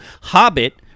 Hobbit